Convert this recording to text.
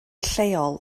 lleol